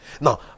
Now